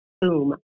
boom